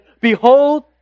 Behold